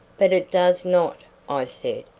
but it does not, i said.